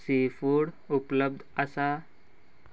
sea food उपलब्ध आसा